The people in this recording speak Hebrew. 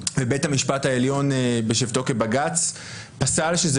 ובית המשפט העליון בשבתו כבג"ץ פסק שזה